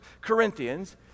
Corinthians